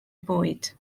bwyd